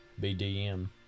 bdm